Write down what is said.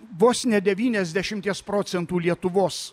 vos ne devyniasdešimties procentų lietuvos